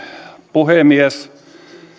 puhemies